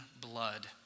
blood